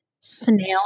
snail